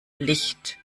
licht